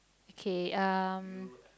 okay um